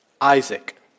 Isaac